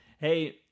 Hey